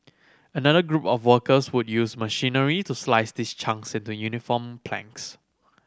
another group of workers would use machinery to slice these chunks into uniform planks